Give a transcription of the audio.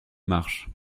marches